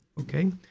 Okay